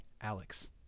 Alex